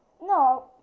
no